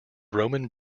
roman